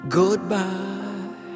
goodbye